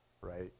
right